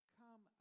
come